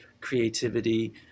creativity